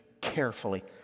carefully